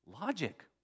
logic